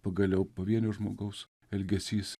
pagaliau pavienio žmogaus elgesys